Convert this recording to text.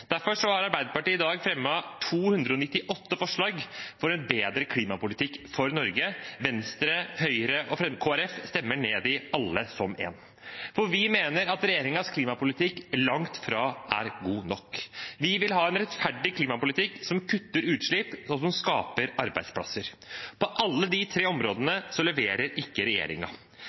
Derfor har Arbeiderpartiet i dag fremmet 298 forslag for en bedre klimapolitikk for Norge. Venstre, Høyre og Kristelig Folkeparti stemmer dem ned, alle som én. Vi mener at regjeringens klimapolitikk langt fra er god nok. Vi vil ha en rettferdig klimapolitikk som kutter utslipp, og som skaper arbeidsplasser. På ingen av de tre områdene leverer